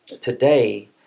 today